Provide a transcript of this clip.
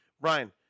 Brian